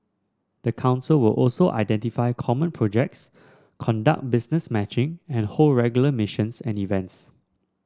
the council will also identify common projects conduct business matching and hold regular missions and events